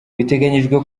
biteganyijwe